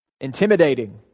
intimidating